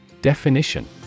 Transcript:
Definition